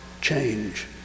change